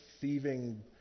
thieving